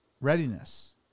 Readiness